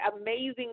amazing